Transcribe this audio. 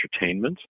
entertainment